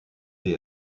sie